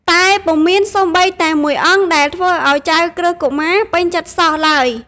តែពុំមានសូម្បីតែមួយអង្គដែលធ្វើឱ្យចៅក្រឹស្នកុមារពេញចិត្តសោះឡើយ។